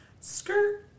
Skirt